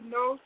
no